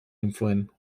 influent